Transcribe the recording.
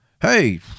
hey